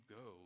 go